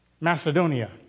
Macedonia